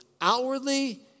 Outwardly